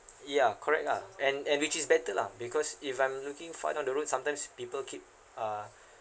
ya correct lah and and which is better lah because if I'm looking four years down the road sometimes people keep uh